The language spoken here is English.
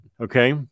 okay